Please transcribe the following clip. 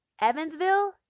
Evansville